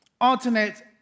alternate